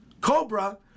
cobra